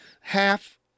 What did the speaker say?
half